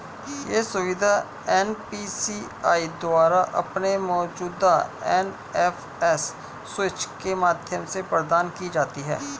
यह सुविधा एन.पी.सी.आई द्वारा अपने मौजूदा एन.एफ.एस स्विच के माध्यम से प्रदान की जाती है